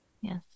Yes